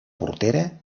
portera